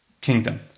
kingdom